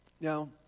Now